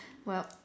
well